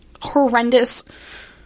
horrendous